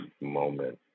moment